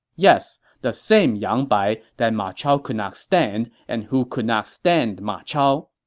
yes, the same yang bai that ma chao could not stand and who could not stand ma chao.